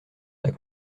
t’as